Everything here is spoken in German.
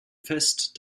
fest